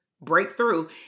breakthrough